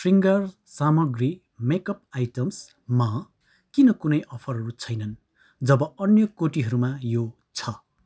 शृङ्गार सामग्री मेकअप आइटम्समा किन कुनै अफरहरू छैनन् जब अन्य कोटीहरूमा यो छ